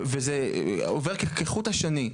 וזה עובר כחוט השני.